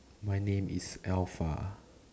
my name is alpha